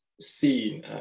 seen